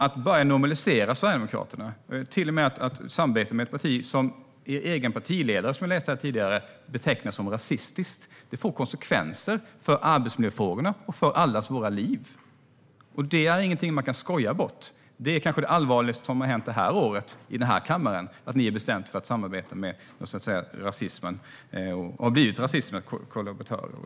Att börja normalisera Sverigedemokraterna och till och med samarbeta med ett parti som er egen partiledare, läste jag tidigare, betecknar som rasistiskt får konsekvenser för arbetsmiljöfrågorna och för allas våra liv. Det är inget man kan skoja bort. Det är kanske det allvarligaste som hänt i denna kammare i år - att ni har bestämt er för att samarbeta med rasismen och har blivit rasismens kollaboratörer.